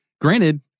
Granted